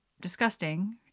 disgusting